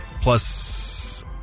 plus